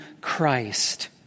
Christ